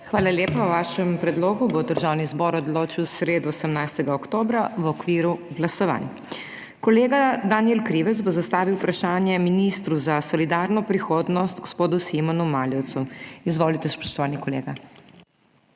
Hvala lepa. O vašem predlogu bo Državni zbor odločil v sredo, 18. oktobra, v okviru glasovanj. Kolega Danijel Krivec bo zastavil vprašanje ministru za solidarno prihodnost gospodu Simonu Maljevcu. Izvolite, spoštovani kolega.